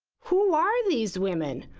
who are these women?